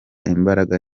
imbaraga